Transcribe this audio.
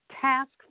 task